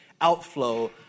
outflow